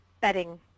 bedding